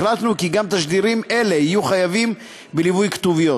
החלטנו כי גם תשדירים אלה יהיו חייבים בליווי כתוביות.